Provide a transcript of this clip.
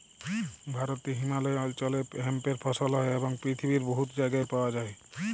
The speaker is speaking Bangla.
ভারতে হিমালয় অল্চলে হেম্পের ফসল হ্যয় এবং পিথিবীর বহুত জায়গায় পাউয়া যায়